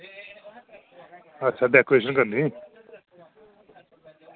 अच्छा डैकोरेशन करनी